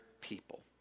people